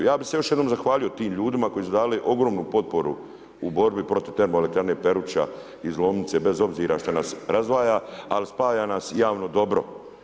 Ja bih se još jednom zahvalio tim ljudima koji su dali ogromnu potporu u borbi protiv TE Peruća iz Lomnice bez obzira što nas razdvaja, ali spaja nas javno dobro.